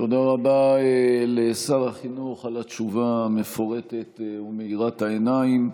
תודה רבה לשר החינוך על התשובה המפורטת ומאירת העיניים.